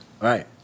Right